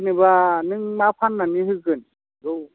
जेनेबा नों मा फाननानै होगोन जौ